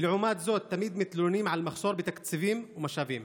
ולעומת זאת תמיד מתלוננים על מחסור בתקציבים ומשאבים